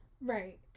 Right